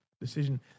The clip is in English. decision